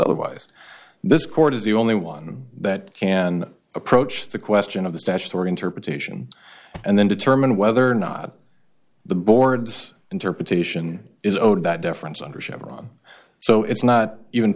otherwise this court is the only one that can approach the question of the statutory interpretation and then determine whether or not the board's interpretation is owed that difference under chevron so it's not even